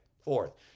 Fourth